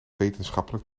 wetenschappelijk